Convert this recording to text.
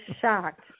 shocked